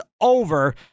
over